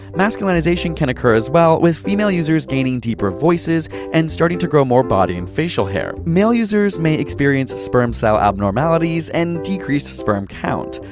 masculinization can occur as well with female users gaining deeper voices and starting to grow more body and facial hair. male users may experience sperm cell abnormalities and decreased sperm count.